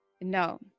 No